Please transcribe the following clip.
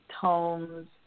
tones